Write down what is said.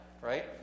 Right